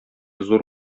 зур